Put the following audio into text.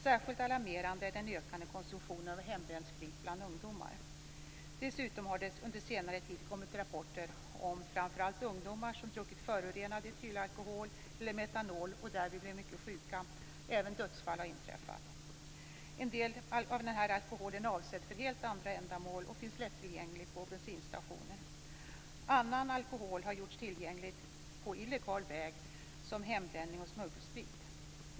Särskilt alarmerande är den ökande konsumtionen av hembränd sprit bland ungdomar. Dessutom har det under senare tid kommit rapporter om framför allt ungdomar som druckit förorenad etylalkohol eller metanol och därvid blivit mycket sjuka. Även dödsfall har inträffat. En del av denna alkohol är avsedd för helt andra ändamål och finns lättillgänglig på bensinstationer. Annan alkohol har gjorts tillgänglig på illegal väg, som hembränd alkohol och smuggelsprit.